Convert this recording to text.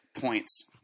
points